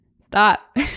Stop